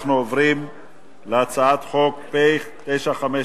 אנחנו עוברים להצעת חוק פ/952,